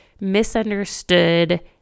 misunderstood